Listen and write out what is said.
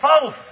False